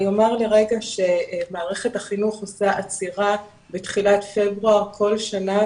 אני אומר לרגע שמערכת החינוך עושה עצירה בתחילת פברואר כל שנה,